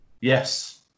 Yes